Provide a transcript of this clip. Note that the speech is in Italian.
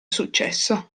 successo